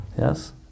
yes